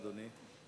בבקשה, אדוני.